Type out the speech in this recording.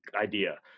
idea